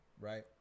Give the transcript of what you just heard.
Right